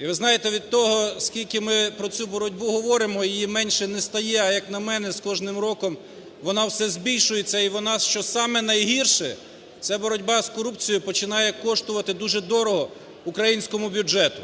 І знаєте, від того, скільки ми про цю боротьбу говоримо, її менше не стає, а як на мене, з кожним роком вона все збільшується. І вона, що саме найгірше, ця боротьба з корупцією починає коштувати дуже дорого українському бюджету.